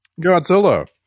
godzilla